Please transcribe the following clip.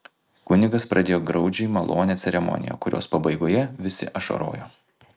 kunigas pradėjo graudžiai malonią ceremoniją kurios pabaigoje visi ašarojo